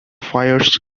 fires